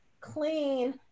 clean